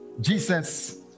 jesus